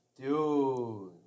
Dude